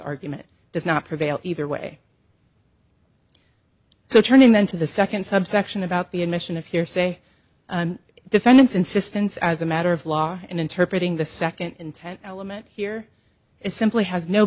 argument does not prevail either way so turning then to the second subsection about the admission of hearsay defendant's insistence as a matter of law and interpret in the second intent element here is simply has no